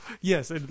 Yes